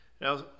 Now